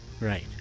Right